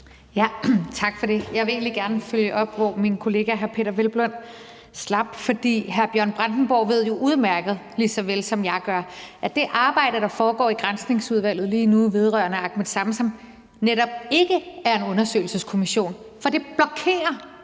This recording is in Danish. Tak for det. Jeg vil egentlig gerne følge op, hvor min kollega hr. Peder Hvelplund slap, for hr. Bjørn Brandenborg ved jo udmærket godt, lige så vel som jeg gør, at det arbejde, der foregår i Granskningsudvalget lige nu vedrørende Ahmed Samsam, netop ikke er en undersøgelseskommission, for det blokerer